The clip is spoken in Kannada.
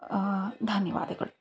ಧನ್ಯವಾದಗಳು